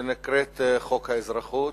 שנקראת חוק האזרחות,